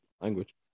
language